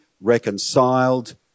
reconciled